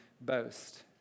boast